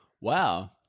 Wow